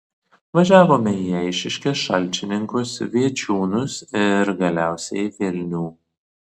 važiavome į eišiškės šalčininkus viečiūnus ir galiausiai vilnių